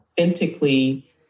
authentically